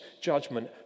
judgment